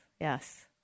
yes